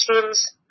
teams